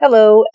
Hello